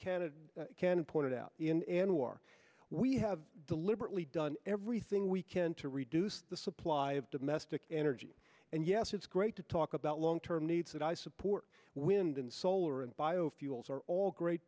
can and can point out in anwar we have deliberately done everything we can to reduce the supply of domestic energy and yes it's great to talk about long term needs that i support wind and solar and biofuels are all great